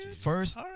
first